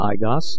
Igos